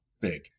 big